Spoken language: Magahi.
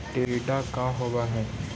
टीडा का होव हैं?